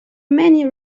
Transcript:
many